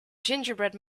gingerbread